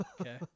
Okay